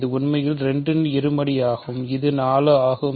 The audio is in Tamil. இது உண்மையில் 2 ன் இருமடியாகும் இது 4 ஆகும்